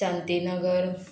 Shantinagar